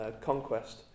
conquest